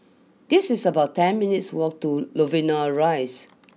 this is about ten minutes' walk to Novena Rise